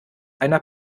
einer